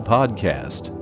Podcast